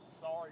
sorry